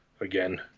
again